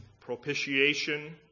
propitiation